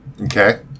Okay